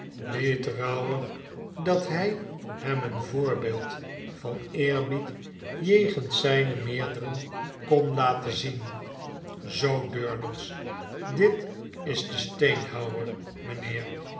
niet rouwig dat hy hem een voorbeeld van eerbied jegens zyne meerderen kon laten zien zoo durdels dit is de steenhouwer mynheer